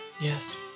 Yes